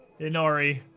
Inori